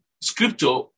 scripture